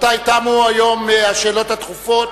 רבותי, תמו היום השאלות הדחופות,